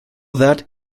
that